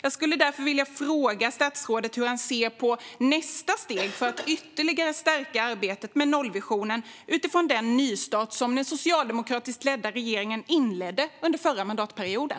Jag skulle därför vilja fråga statsrådet hur han ser på nästa steg för att ytterligare stärka arbetet med nollvisionen utifrån den nystart som den socialdemokratiskt ledda regeringen inledde under den förra mandatperioden.